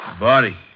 body